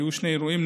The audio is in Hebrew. היו שני אירועים,